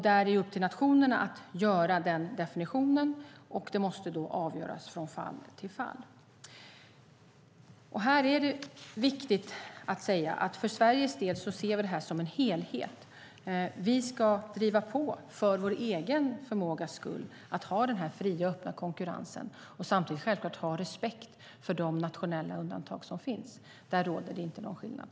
Det är upp till nationerna att göra den definitionen, och det måste avgöras från fall till fall. Det är viktigt att säga att vi för Sveriges del ser detta som en helhet. Vi ska för vår egen förmågas skull driva på för att ha den fria, öppna konkurrensen och samtidigt självklart ha respekt för de nationella undantag som finns. Där råder det inte någon skillnad.